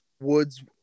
Woods –